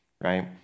right